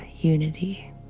unity